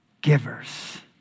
givers